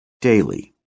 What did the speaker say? Daily